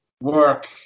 work